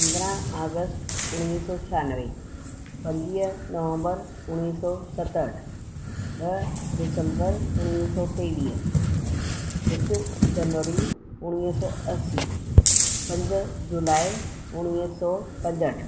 पंदरहां आगस्ट उणिवीह सौ छानवे पंजवीह नवंबर उणिवीह सौ सतहठि ॿ डिसंबर उणिवीह सौ टेवीह हिकु जनवरी उणिवीह सौ असी पंज जुलाइ उणिवीह सौ पंजहठि